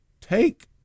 take